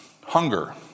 hunger